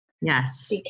Yes